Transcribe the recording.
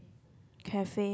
cafe